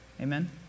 Amen